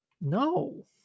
No